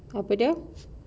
apa dia